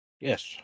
Yes